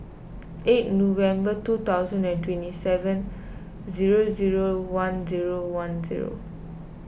eight November two thousand and twenty seven zero zero one zero one zero